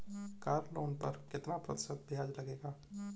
Car loan पर कितना प्रतिशत ब्याज लगेगा?